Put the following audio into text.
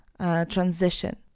transition